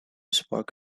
spark